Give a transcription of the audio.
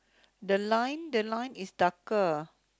the line the line is darker